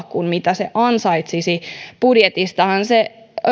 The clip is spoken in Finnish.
kuin mitä se ansaitsisi budjetistahan se